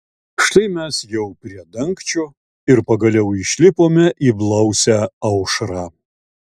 štai mes jau prie dangčio ir pagaliau išlipome į blausią aušrą